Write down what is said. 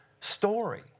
story